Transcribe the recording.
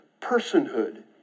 personhood